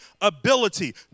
ability